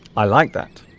i like that